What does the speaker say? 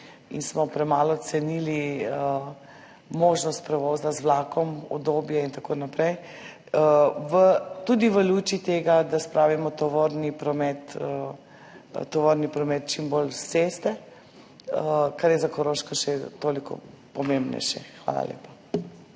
in smo premalo cenili možnost prevoza z vlakom, udobje in tako naprej. Tudi v luči tega, da spravimo tovorni promet čim bolj s ceste, kar je za Koroško še toliko bolj pomembno.